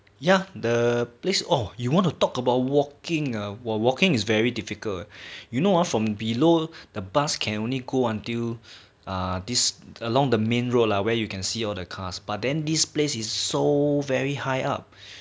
ya the place orh you want to talk about walking uh !wah! walking is very difficult you know ah from below the bus can only go until err this along the main road lah where you can see or the cars but then this place is so very high up you must one if you ignore me sorry you cannot you cannot walk lah but if you